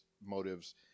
motives